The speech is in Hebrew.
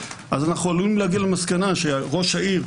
אז אנחנו עלולים להגיע למסקנה שראש העיר,